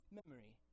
memory